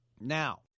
Now